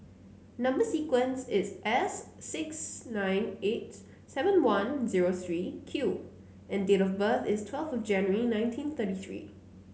number sequence is S six nine eight seven one zero three Q and date of birth is twelfth January nineteen thirty three